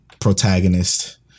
protagonist